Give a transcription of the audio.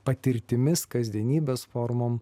patirtimis kasdienybės formom